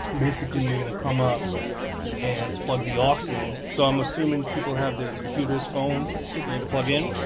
basically, you're going to come up and plug the aux ah so in. so i'm assuming people have their computers, phones ready to plug in.